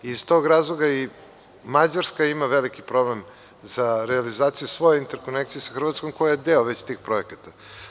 Iz tog razloga i Mađarska ima veliki problem za realizaciju svoje interkonekcije sa Hrvatskom koja je deo već tih projekata.